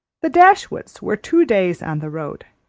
the dashwoods were two days on the road,